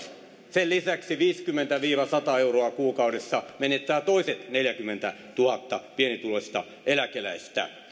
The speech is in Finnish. sen lisäksi viisikymmentä viiva sata euroa kuukaudessa menettää toiset neljäkymmentätuhatta pienituloista eläkeläistä